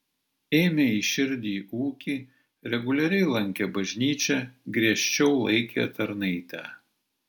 ėmė į širdį ūkį reguliariai lankė bažnyčią griežčiau laikė tarnaitę